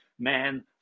man